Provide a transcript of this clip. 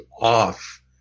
off